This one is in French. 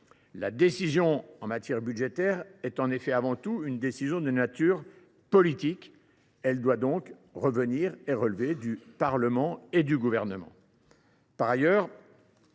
La décision en matière budgétaire est en effet avant tout de nature politique ; elle doit donc revenir au Parlement et au Gouvernement.